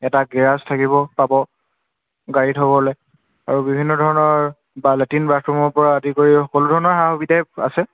এটা গেৰাজ থাকিব পাব গাড়ী থ'বলৈ আৰু বিভিন্ন ধৰণৰ লেট্ৰিন বাথৰূমৰ পৰা আদি কৰি সকলো ধৰণৰ সা সুবিধাই আছে